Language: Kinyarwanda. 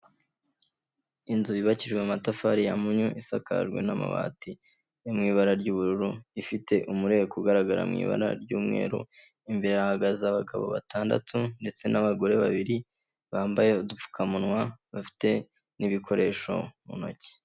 Inzu yubakishijwe amatafari yamywe isakajwe n'amabati, yo mu ibara ry'ubururu, ifite umureko ugaragara mu ibara ry'umweru, imbere hahagaze abagabo batandatu ndetse n'abagore babiri, bambaye udupfukamunwa bafite n'ibikoresho mu ntoki.